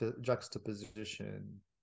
juxtaposition